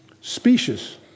specious